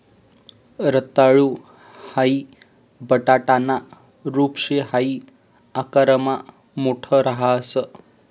रताळू हाई बटाटाना रूप शे हाई आकारमा मोठ राहस